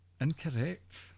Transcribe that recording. Incorrect